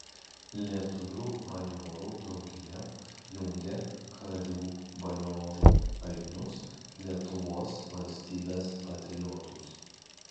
lietuvių bajorų draugija jungia karių bajorų ainius lietuvos valstybės patriotus